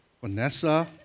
Vanessa